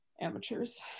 amateurs